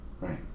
Right